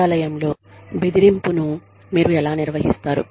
కార్యాలయంలో బెదిరింపును మీరు ఎలా నిర్వహిస్తారు